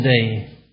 today